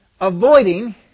avoiding